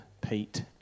pete